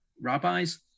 rabbis